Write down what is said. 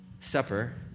supper